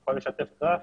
יכול לשתף גרף?